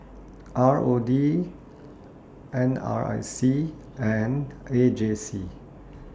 R O D N R I C and A J C